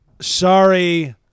sorry